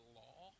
law